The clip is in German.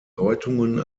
deutungen